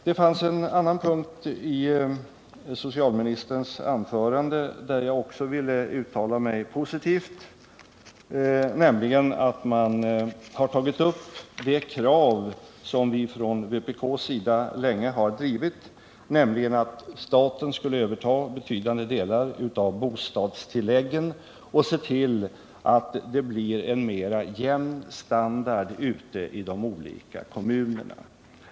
Det finns en annan punkt i socialministerns anförande, där jag också vill uttala mig positivt, nämligen att man har tagit upp de krav som vi från vpk:s sida länge har drivit, dvs. att staten skulle överta betydande delar av bostadstilläggen och se till att det blir en mera jämn standard ute i de olika kommunerna.